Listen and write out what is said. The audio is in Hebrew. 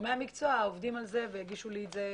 גורמי המקצוע עובדים על זה ויגישו לי את זה,